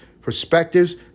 perspectives